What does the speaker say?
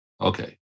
Okay